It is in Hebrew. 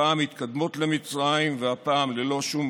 הפעם מתקדמות, למצרים, והפעם ללא שום